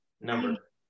number